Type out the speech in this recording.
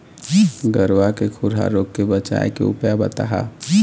गरवा के खुरा रोग के बचाए के उपाय बताहा?